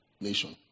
nation